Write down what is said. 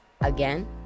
again